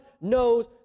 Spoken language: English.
knows